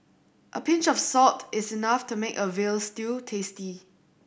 a pinch of salt is enough to make a veal stew tasty